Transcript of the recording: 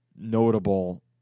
notable